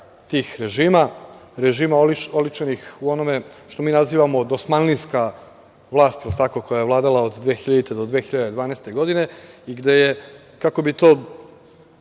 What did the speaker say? tih režima, režima oličenih u onome što mi nazivamo dosmanlijska vlast, koja je vladala od 2000, do 2012. godine, i gde je, kako bi to